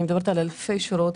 אלפי שורות,